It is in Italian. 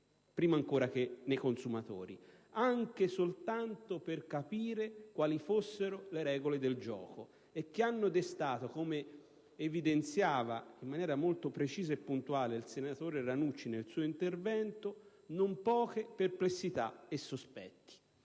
prima ancora che nei consumatori, anche soltanto per capire quali fossero le regole del gioco, che hanno destato - come evidenziava in maniera molto precisa e puntuale il senatore Ranucci nel suo intervento - non poche perplessità e sospetti.